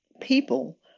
people